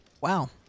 Wow